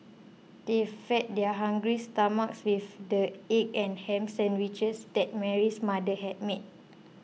they fed their hungry stomachs with the egg and ham sandwiches that Mary's mother had made